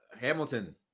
Hamilton